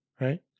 right